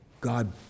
God